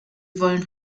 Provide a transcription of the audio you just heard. wollen